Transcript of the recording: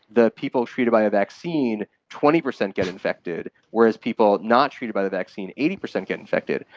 the people treated by a vaccine, twenty percent get infected, whereas people not treated by the vaccine, eighty percent get infected,